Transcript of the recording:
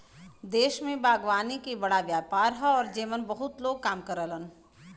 देश में बागवानी के बड़ा व्यापार हौ जेमन बहुते लोग काम करलन